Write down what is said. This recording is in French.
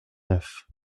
neuf